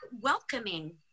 welcoming